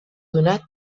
donat